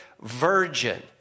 virgin